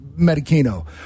medicino